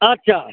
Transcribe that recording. अच्छा